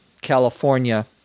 California